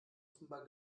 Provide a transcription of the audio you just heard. offenbar